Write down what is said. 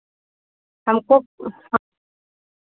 हमको हम